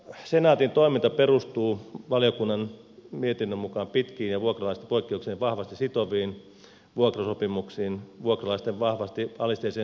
senaatin toiminta perustuu valiokunnan mietinnön mukaan pitkiin ja vuokralaista poikkeuksellisen vahvasti sitoviin vuokrasopimuksiin vuokralaisten vahvasti alisteiseen suhteeseen vuokranantajaan